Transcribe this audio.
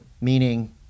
Meaning